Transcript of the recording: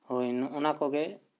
ᱦᱳᱭ ᱱᱚᱜ ᱚᱱᱟ ᱠᱚᱜᱮ